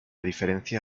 diferencia